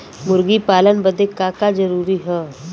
मुर्गी पालन बदे का का जरूरी ह?